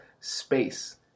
space